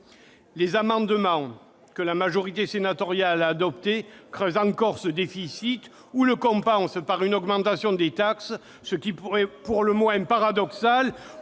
Les amendements que la majorité sénatoriale a adoptés creusent encore ce déficit ou le compensent par une augmentation des taxes, ce qui paraît pour le moins paradoxal,